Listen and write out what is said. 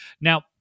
Now